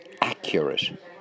accurate